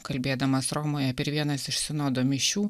kalbėdamas romoje per vienas iš sinodo mišių